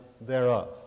thereof